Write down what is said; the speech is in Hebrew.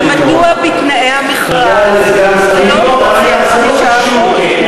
אבל מדוע בתנאי המכרז לא תוסיף 5%?